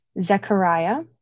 Zechariah